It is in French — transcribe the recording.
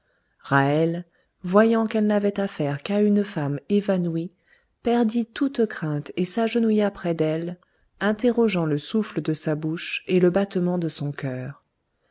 voyant qu'elle n'avait affaire qu'à une femme évanouie perdit toute crainte et s'agenouilla près d'elle interrogeant le souffle de sa bouche et le battement de son cœur